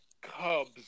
cubs